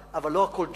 אבל לא הכול ג'ונגל,